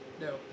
No